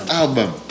album